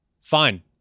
Fine